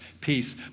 peace